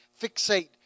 fixate